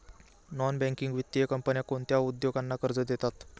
Non banking वित्तीय कंपन्या कोणत्या उद्योगांना कर्ज देतात?